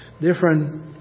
different